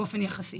באופן יחסי.